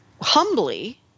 humbly